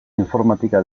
informatika